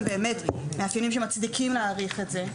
באמת מאפיינים שמצדיקים להאריך את זה.